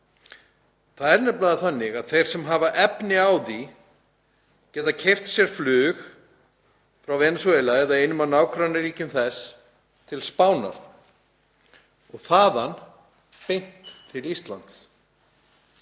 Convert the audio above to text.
það er nefnilega þannig að þeir sem hafa efni á því geta keypt sér flug frá Venesúela eða einum af nágrannaríkjum þess til Spánar og þaðan beint til Íslands.